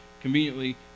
conveniently